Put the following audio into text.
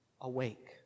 awake